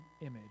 image